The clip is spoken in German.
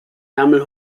ärmel